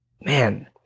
Man